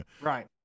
Right